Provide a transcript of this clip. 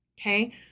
Okay